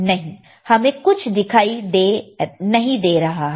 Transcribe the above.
नहीं हमें कुछ नहीं दिखाई दे रहा है